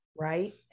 right